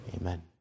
Amen